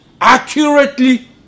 accurately